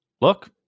Look